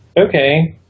okay